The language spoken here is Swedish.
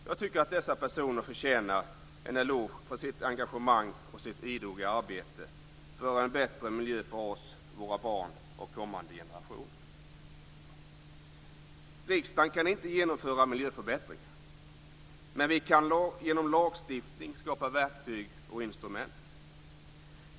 Jag tycker att dessa personer förtjänar en eloge för sitt engagemang och för sitt idoga arbete för en bättre miljö för oss, våra barn och kommande generationer. Riksdagen kan inte genomföra miljöförbättringar, men vi kan genom lagstiftning skapa verktyg och instrument.